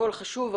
הכול חשוב.